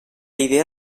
idea